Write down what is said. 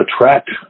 attract